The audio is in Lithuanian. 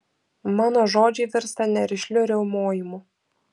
mano žodžiai virsta nerišliu riaumojimu